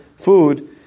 food